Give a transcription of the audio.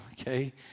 okay